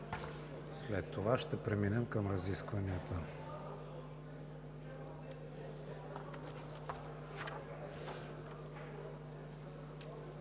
След това ще преминем към разискванията.